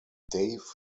dave